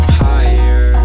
higher